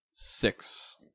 Six